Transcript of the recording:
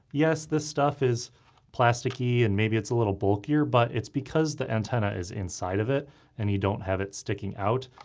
yes, this stuff is plasticy and maybe it's a little bulkier but it's because the antennae is inside of it and you don't have it sticking out.